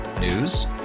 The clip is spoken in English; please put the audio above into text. News